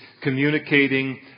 communicating